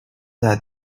that